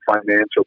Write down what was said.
financial